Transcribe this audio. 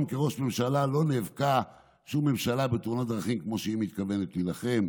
כראש ממשלה לא נאבקה שום ממשלה בתאונות דרכים כמו שהיא מתכוונת להילחם.